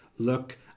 look